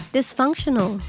Dysfunctional